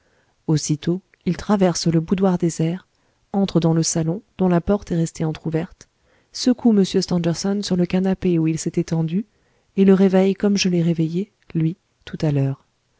aussitôt il traverse le boudoir désert entre dans le salon dont la porte est restée entrouverte secoue m stangerson sur le canapé où il s'est étendu et le réveille comme je l'ai réveillé lui tout à l'heure